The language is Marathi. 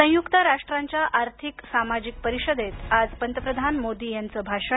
संयुक्त राष्ट्रांच्या आर्थिक सामाजिक परिषदेत आज पंतप्रधान मोदी यांचं भाषण